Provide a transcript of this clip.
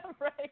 right